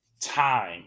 time